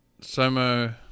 somo